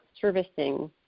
servicing